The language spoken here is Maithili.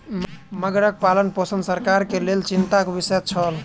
मगरक पालनपोषण सरकारक लेल चिंता के विषय छल